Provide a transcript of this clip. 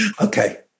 okay